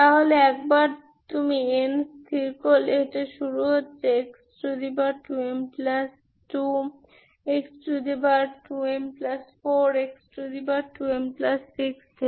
তাহলে একবার তুমি n স্থির করলে এটা শুরু হচ্ছে x2m2x2m4x2m6 থেকে